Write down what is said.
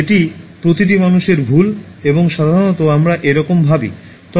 এটি প্রতিটি মানুষের ভুল এবং সাধারণত আমরা এরকম ভাবি